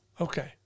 okay